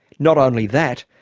not only that,